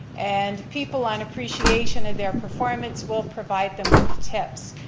and people on appreciation of their performance will provide them with tips.